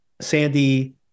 sandy